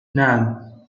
نعم